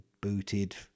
booted